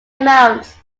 accounts